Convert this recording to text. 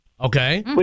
Okay